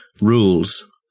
rules